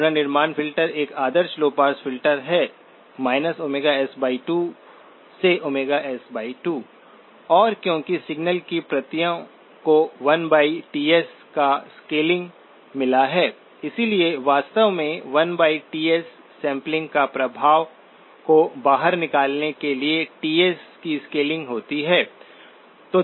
पुनर्निर्माण फ़िल्टर एक आदर्श लौ पास फिल्टर है s2 से s2 और क्योंकि सिग्नल की प्रतियों को 1 Ts का स्केलिंग मिला है इसलिए वास्तव में 1 Ts सैंपलिंग का प्रभाव को बाहर निकालने के लिए Ts की स्केलिंग होती है